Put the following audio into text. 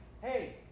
hey